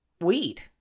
weed